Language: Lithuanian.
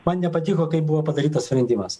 man nepatiko kaip buvo padarytas sprendimas